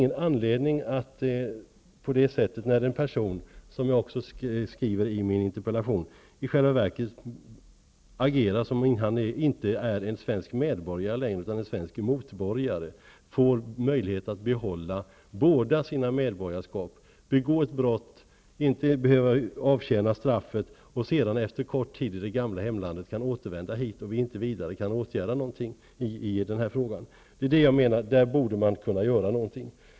När en person i själva verket, som jag skriver i min interpellation, agerar som om han inte är en svensk medborgare utan en svensk ''motborgare'', finns det inte någon anledning att denna person får behålla båda sina medborgarskap -- om han begår ett brott, inte behöver avtjäna straffet och sedan efter kort tid i det gamla hemlandet kan återvända hit utan att vi kan göra något i denna fråga. Jag menar att man i sådana fall borde kunna göra något.